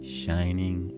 shining